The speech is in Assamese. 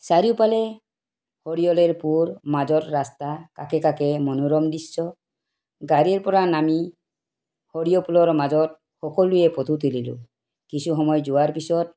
চাৰিওফালে সৰিয়হৰ ফুল মাজত ৰাস্তা কাষে কাষে মনোৰম দৃশ্য গাড়ীৰ পৰা নামি সৰিয়হ ফুলৰ মাজত সকলোৱে ফটো তুলিলোঁ কিছু সময় যোৱাৰ পিছত